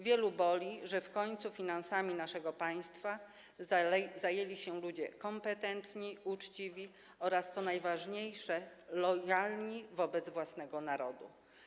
Wielu boli, że w końcu finansami naszego państwa zajęli się ludzie kompetentni, uczciwi oraz, co najważniejsze, lojalni wobec własnego narodu.